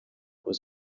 was